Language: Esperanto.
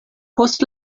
post